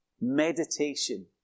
meditation